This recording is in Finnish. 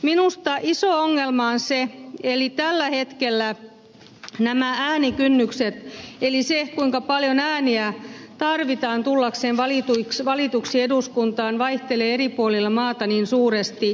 minusta iso ongelma on tällä hetkellä se että nämä äänikynnykset eli se kuinka paljon ääniä tarvitaan tullakseen valituksi eduskuntaan vaihtelee eri puolilla maata niin suuresti